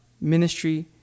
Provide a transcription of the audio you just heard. ministry